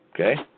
okay